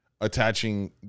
attaching